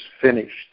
finished